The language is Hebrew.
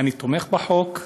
ואני תומך בחוק.